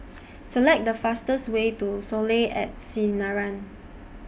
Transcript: Select The fastest Way to Soleil At Sinaran